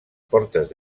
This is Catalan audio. portes